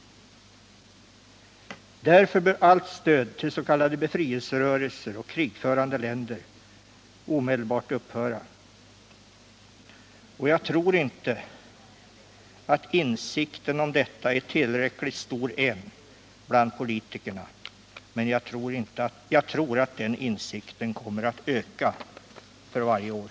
Allt stöd till s.k. befrielserörelser och krigförande länder bör därför omedelbart upphöra. Jag tror inte att insikten om detta är tillräckligt stor bland politiker än. Men jag tror att den insikten kommer att öka för varje år.